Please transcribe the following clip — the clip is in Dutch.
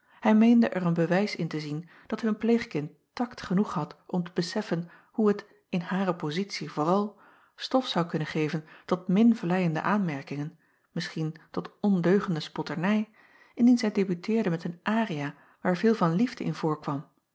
hij meende er een bewijs in te zien dat hun pleegkind tact genoeg had om te beseffen hoe het in hare pozitie vooral stof zou kunnen geven tot min vleiende aanmerkingen misschien tot ondeugende spotternij indien zij debuteerde met een aria waar veel van liefde in voorkwam